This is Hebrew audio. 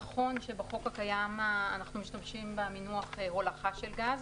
נכון שבחוק הקיים אנחנו משתמשים במינוח הולכה של גז.